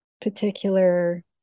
particular